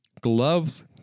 gloves